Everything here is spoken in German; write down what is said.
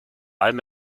allem